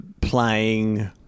playing